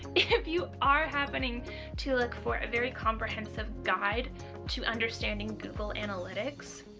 if you are happening to look for a very comprehensive guide to understanding google analytics